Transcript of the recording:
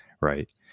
right